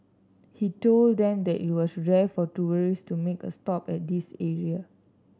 he told them that it was rare for tourists to make a stop at this area